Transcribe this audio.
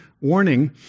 warning